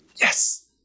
yes